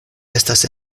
estas